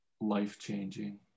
life-changing